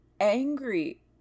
angry